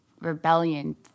rebellion